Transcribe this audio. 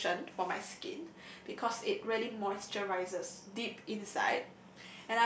lotion for my skin because it really moisturises deep inside